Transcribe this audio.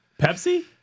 Pepsi